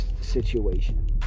situation